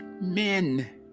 men